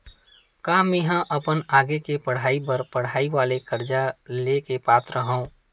का मेंहा अपन आगे के पढई बर पढई वाले कर्जा ले के पात्र हव?